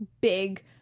big